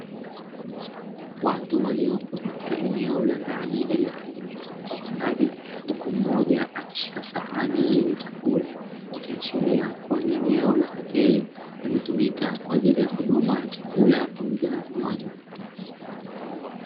Watu waliopo katika eneo la ndani lililotengenezwa kwa ustadi, huku mmoja akishika sahani yenye chakula, ikiashiria kuwa ni eneo la hoteli linalotumika kwa ajili ya huduma ya chakula pamoja na vinywaji.